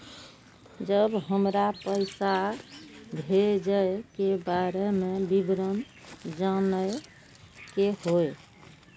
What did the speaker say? जब हमरा पैसा भेजय के बारे में विवरण जानय के होय?